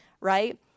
right